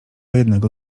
jednego